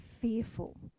fearful